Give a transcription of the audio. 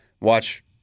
watch